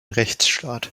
rechtsstaat